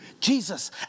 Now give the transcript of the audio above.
Jesus